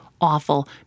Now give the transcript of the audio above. awful